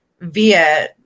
via